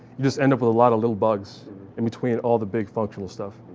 you just end up with a lot of little bugs in between all the big functional stuff.